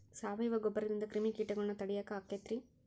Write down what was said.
ಸಾವಯವ ಗೊಬ್ಬರದಿಂದ ಕ್ರಿಮಿಕೇಟಗೊಳ್ನ ತಡಿಯಾಕ ಆಕ್ಕೆತಿ ರೇ?